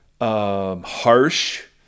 Harsh